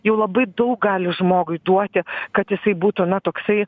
jau labai daug gali žmogui duoti kad jisai būtų na toksai